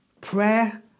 Prayer